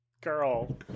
girl